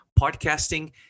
podcasting